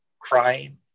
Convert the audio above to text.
crying